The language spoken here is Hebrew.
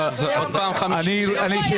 עוד פעם 50 מיליון.